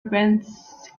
events